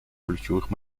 ключевых